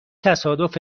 تصادف